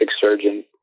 surgeon